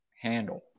handle